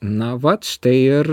na vat štai ir